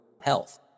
health